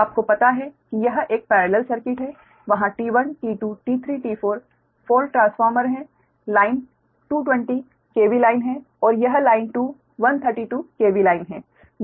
तो आपको पता है कि यह एक पेरेलल सर्किट है वहां T1 T2 T3 T4 4 transformer हैं लाइन 220 KV लाइन है और यह लाइन 2 132 KV लाइन है